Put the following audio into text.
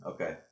Okay